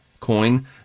coin